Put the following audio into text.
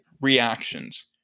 Reactions